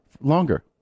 Longer